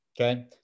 Okay